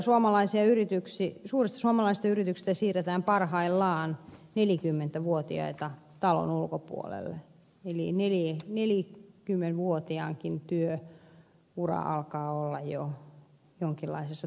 suurista suomalaisista yrityksistä siirretään parhaillaan nelikymmenvuotiaita talon ulkopuolelle eli nelikymmenvuotiaankin työura alkaa olla jo jonkinlaisessa taitepisteessä